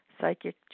psychic